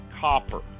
copper